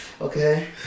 Okay